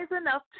enough